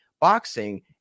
boxing